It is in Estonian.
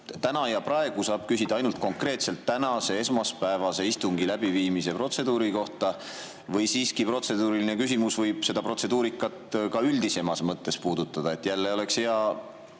täna ja praegu saab küsida ainult konkreetselt tänase, esmaspäevase istungi läbiviimise protseduuri kohta või võib siiski protseduuriline küsimus puudutada protseduurikat ka üldisemas mõttes? Jälle oleks hea